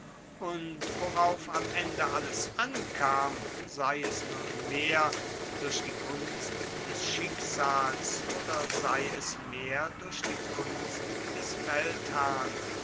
und worauf am ende alles ankam sei es nun mehr durch die gunst des schicksals oder sei es mehr durch die kunst des feldherrn